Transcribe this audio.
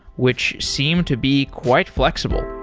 which seemed to be quite flexible